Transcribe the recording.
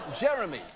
Jeremy